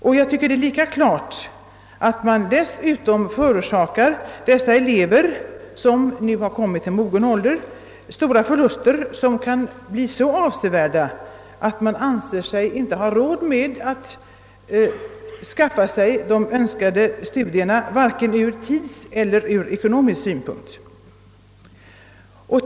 Och det är lika klart att man dessutom förorsakar dessa elever — som vanligen har kommit till mogen ålder — stora förluster som kan bli så avsevärda att de inte anser sig ha råd med de önskade studierna vare sig ur tidsmässiga eller ekonomiska synpunkter.